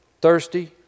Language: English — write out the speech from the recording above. thirsty